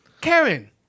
Karen